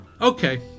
Okay